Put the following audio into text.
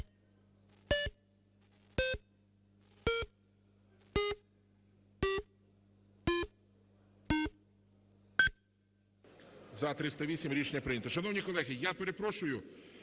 За-308 Рішення прийнято. Шановні колеги, я перепрошую,